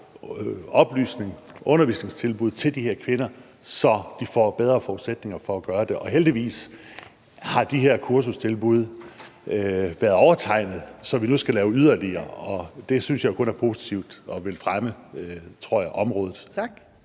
oplysning, undervisningstilbud til de her kvinder, så de får bedre forudsætninger for at gøre det. Og heldigvis har de her kursustilbud været overtegnet, så vi nu skal lave yderligere, og det synes jeg kun er positivt og vil fremme – tror